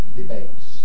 debates